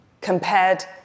compared